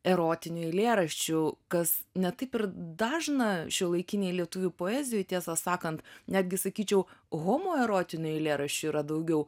erotinių eilėraščių kas ne taip ir dažna šiuolaikinėj lietuvių poezijoj tiesą sakant netgi sakyčiau homoerotinių eilėraščių yra daugiau